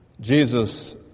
Jesus